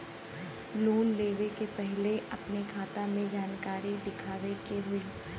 Loan लेवे से पहिले अपने खाता के जानकारी दिखावे के होई?